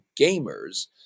gamers